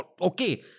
Okay